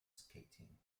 skating